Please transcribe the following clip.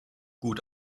gut